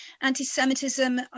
anti-Semitism